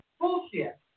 Bullshit